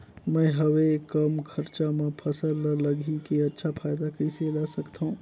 मैं हवे कम खरचा मा फसल ला लगई के अच्छा फायदा कइसे ला सकथव?